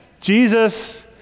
Jesus